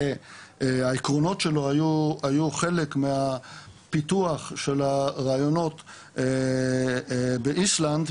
העקרונות שלו היו חלק מהפיתוח של הרעיונות באיסלנד,